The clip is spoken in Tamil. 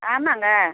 ஆமாம்ங்க